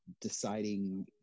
deciding